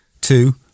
Two